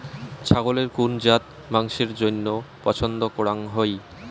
ছাগলের কুন জাত মাংসের জইন্য পছন্দ করাং হই?